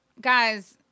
guys